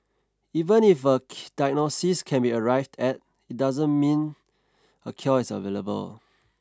even if a diagnosis can be arrived at it doesn't mean a cure is available